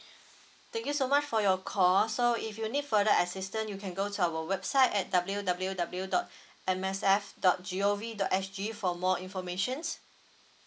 thank you so much for your call so if you need further assistance you can go to our website at W W W dot M S F dot G_O_V dot S_G for more information